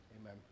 amen